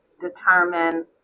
determine